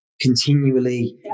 continually